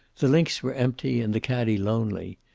the links were empty, and the caddie lonely.